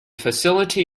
facility